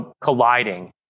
colliding